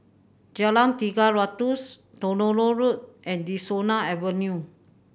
Jalan Tiga Ratus Tronoh Road and De Souza Avenue